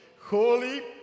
holy